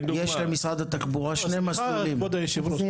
כבוד היו"ר,